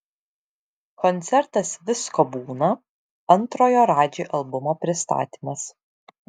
koncertas visko būna antrojo radži albumo pristatymas